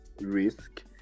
risk